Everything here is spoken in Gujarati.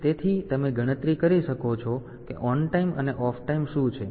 તેથી તમે ગણતરી કરી શકો છો કે ઑનટાઇમ અને ઑફટાઇમ શું છે